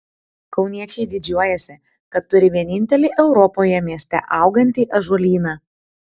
kauniečiai didžiuojasi kad turi vienintelį europoje mieste augantį ąžuolyną